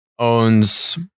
owns